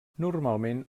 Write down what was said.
normalment